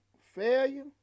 failure